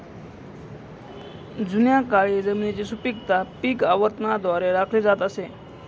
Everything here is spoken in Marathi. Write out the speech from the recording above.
जुन्या काळी जमिनीची सुपीकता पीक आवर्तनाद्वारे राखली जात असे